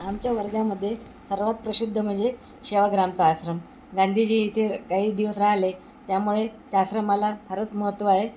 आमच्या वर्ध्यामध्ये सर्वात प्रसिद्ध म्हणजे सेवाग्रामचा आश्रम गांधीजी इथे काही दिवस राहिले त्यामुळे त्या आश्रमाला फारच महत्त्व आहे